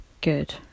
Good